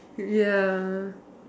ya